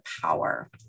power